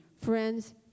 Friends